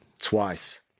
twice